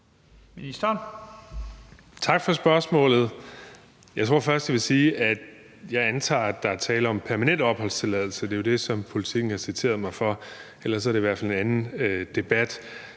jeg vil sige, at jeg antager, at der er tale om permanent opholdstilladelse. Det er jo det, som Politiken har citeret mig for. Ellers er det i hvert fald en anden debat.